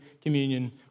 communion